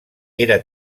era